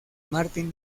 martin